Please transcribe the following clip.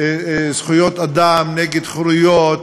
זכויות אדם, נגד חירויות,